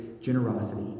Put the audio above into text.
Generosity